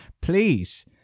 please